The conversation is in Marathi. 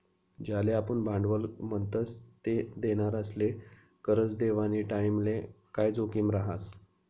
ज्याले आपुन भांडवल म्हणतस ते देनारासले करजं देवानी टाईमले काय जोखीम रहास